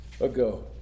ago